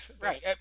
right